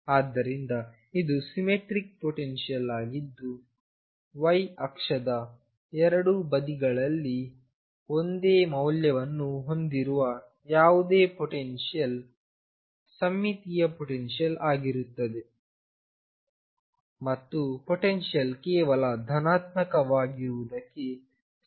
ಆದ್ದರಿಂದ ಇದು symmetric potential ಆಗಿದ್ದು ವೈ ಅಕ್ಷದ ಎರಡು ಬದಿಗಳಲ್ಲಿ ಒಂದೇ ಮೌಲ್ಯವನ್ನು ಹೊಂದಿರುವ ಯಾವುದೇ ಪೊಟೆನ್ಶಿಯಲ್ ಸಮ್ಮಿತೀಯ ಪೊಟೆನ್ಶಿಯಲ್ ಆಗುತ್ತದೆ ಮತ್ತು ಪೊಟೆನ್ಶಿಯಲ್ ಕೇವಲ ಧನಾತ್ಮಕವಾಗಿರುವುದಕ್ಕೆ ಸೀಮಿತವಾಗಿಲ್ಲ